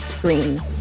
Green